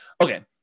Okay